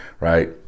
right